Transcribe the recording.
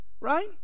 Right